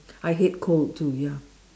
I hate cold too ya